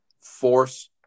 force